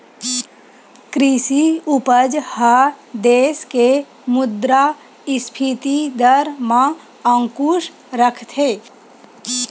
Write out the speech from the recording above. कृषि उपज ह देस के मुद्रास्फीति दर म अंकुस रखथे